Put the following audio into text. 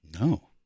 no